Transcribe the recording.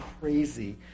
crazy